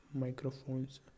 Microphones